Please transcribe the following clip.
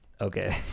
Okay